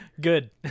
Good